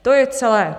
To je celé.